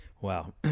Wow